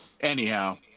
Anyhow